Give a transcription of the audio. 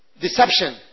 deception